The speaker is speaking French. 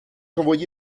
envoyé